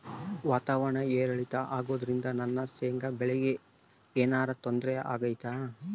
ವಾತಾವರಣ ಏರಿಳಿತ ಅಗೋದ್ರಿಂದ ನನ್ನ ಶೇಂಗಾ ಬೆಳೆಗೆ ಏನರ ತೊಂದ್ರೆ ಆಗ್ತೈತಾ?